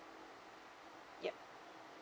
yup